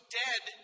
dead